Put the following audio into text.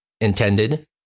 intended